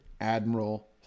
Admiral